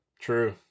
True